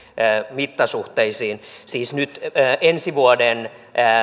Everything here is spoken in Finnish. mittasuhteisiin siis nyt ensi vuoden